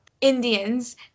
Indians